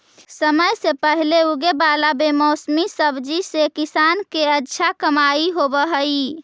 समय से पहले उगे वाला बेमौसमी सब्जि से किसान के अच्छा कमाई होवऽ हइ